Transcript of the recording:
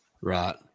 Right